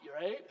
right